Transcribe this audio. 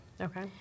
Okay